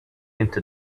into